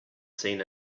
seen